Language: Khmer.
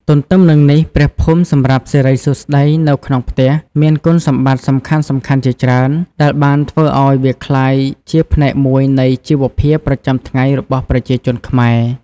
ទន្ទឹមនឹងនេះព្រះភូមិសម្រាប់សិរីសួស្តីនៅក្នុងផ្ទះ មានគុណសម្បត្តិសំខាន់ៗជាច្រើន ដែលបានធ្វើឱ្យវាក្លាយជាផ្នែកមួយនៃជីវភាពប្រចាំថ្ងៃរបស់ប្រជាជនខ្មែរ។